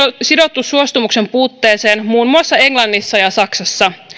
on sidottu suostumuksen puutteeseen muun muassa englannissa ja saksassa